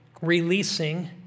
releasing